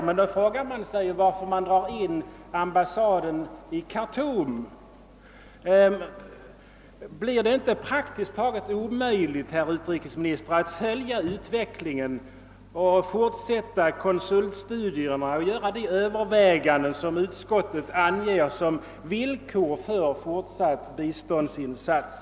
Men då frågar man sig varför ambassaden i Khartoum dras in. Blir det inte praktiskt taget omöjligt, herr utrikesminister, att följa utvecklingen och fortsätta konsultstudierna samt göra de överväganden som vid riksdagsbehandlingen angivits såsom villkor för fortsatt biståndsinsats?